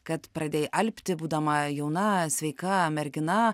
kad pradėjai alpti būdama jauna sveika mergina